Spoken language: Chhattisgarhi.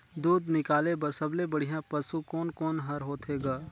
दूध निकाले बर सबले बढ़िया पशु कोन कोन हर होथे ग?